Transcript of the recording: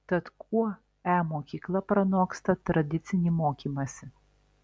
tad kuo e mokykla pranoksta tradicinį mokymąsi